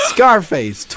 Scarface